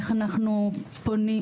איך אנחנו פונים,